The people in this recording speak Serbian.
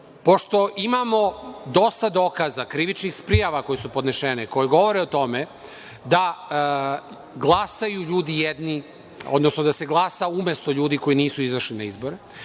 Pošto imamo dosta dokaza, krivičnih prijava koje su podnešene, koje govore o tome da glasaju ljudi jedni, odnosno da se glasa umesto ljudi koji nisu izašli na izbore